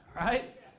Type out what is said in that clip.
Right